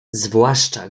zwłaszcza